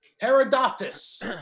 Herodotus